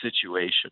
situation